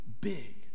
big